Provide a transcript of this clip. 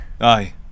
Aye